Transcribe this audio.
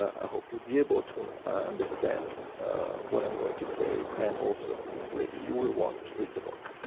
i hope you'll be able to understand what i'm going to say, and, also, maybe you will want to read the book.